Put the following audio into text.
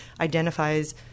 identifies